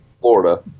Florida